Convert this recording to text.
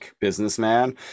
businessman